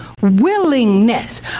willingness